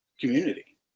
community